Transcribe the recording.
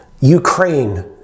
Ukraine